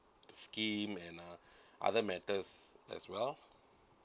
scheme and uh other matters as well